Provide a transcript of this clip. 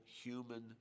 human